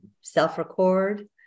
self-record